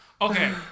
Okay